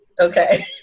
Okay